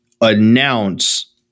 announce